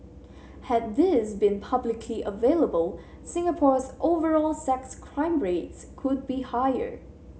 had these been available Singapore's overall sex crime rates could be higher